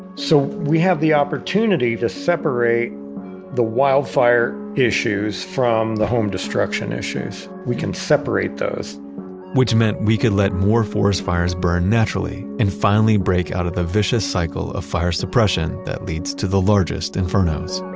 so we have the opportunity to separate the wildfire issues from the home destruction issues. we can separate those which meant we could let more forest fires burn naturally and finally break out of the vicious cycle of fire suppression that leads to the largest infernos.